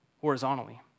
horizontally